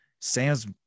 Sam's